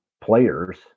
players